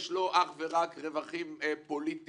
יש לו אך ורק רווחים פוליטיים